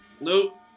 Nope